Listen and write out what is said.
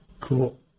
Cool